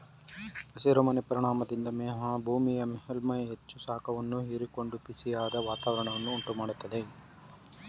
ಹಸಿರು ಮನೆ ಪರಿಣಾಮದಿಂದ ಭೂಮಿಯ ಮೇಲ್ಮೈ ಹೆಚ್ಚು ಶಾಖವನ್ನು ಹೀರಿಕೊಂಡು ಬಿಸಿಯಾದ ವಾತಾವರಣವನ್ನು ಉಂಟು ಮಾಡತ್ತದೆ